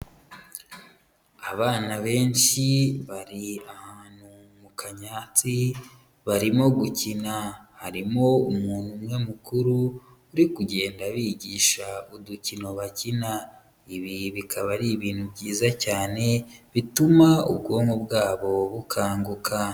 Abana benshi bari ahantu mu kanyatsi barimo gukina, harimo umuntu umwe mukuru, uri kugenda abigisha udukino bakina, ibi bikaba ari ibintu byiza cyane, bituma ubwonko bwabo bukanguka.